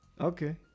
Okay